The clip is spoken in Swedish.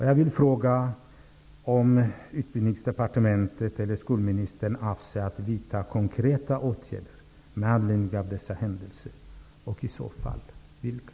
Jag vill fråga om Utbildningsdepartementet eller skolministern avser att vidta konkreta åtgärder med anledning av dessa händelser och i så fall vilka.